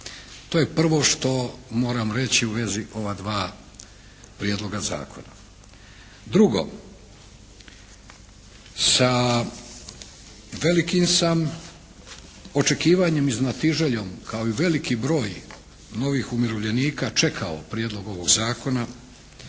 To je prvo što moram reći u vezi ova dva prijedloga zakona. Drugo. Sa velikim sam očekivanjem i znatiželjom kao i veliki broj novih umirovljenika čekao prijedlog ovog zakona